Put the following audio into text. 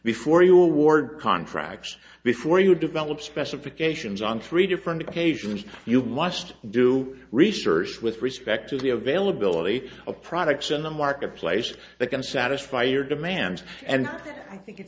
before you award contracts before you develop specifications on three different occasions you must do research with respect to the availability of products in the marketplace that can satisfy your demands and i think it